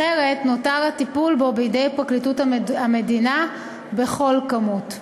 אחרת הטיפול בו נותר בידי פרקליטות המדינה בכל כמות.